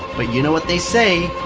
but you know what they say.